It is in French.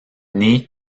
née